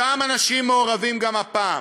אותם אנשים מעורבים גם הפעם.